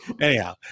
Anyhow